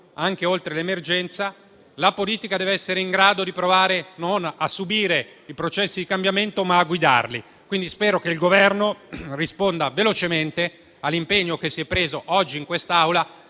anche oltre l'emergenza. La politica dev'essere in grado di provare a non subire i processi di cambiamento, ma a guidarli. Spero quindi che il Governo risponda velocemente all'impegno che ha assunto oggi in quest'Aula